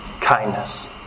kindness